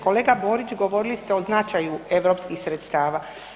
Kolega Borić govorili ste o značaju europskih sredstava.